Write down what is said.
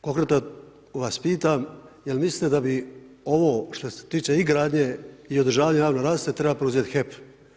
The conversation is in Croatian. Konkretno vas pitam jel mislite da bi ovo što se tiče i gradnje i održavanja javne rasvjete trebao preuzeti HEP?